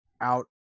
out